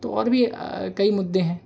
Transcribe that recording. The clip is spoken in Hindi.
तो और भी कई मुद्दे हैं